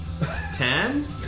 Ten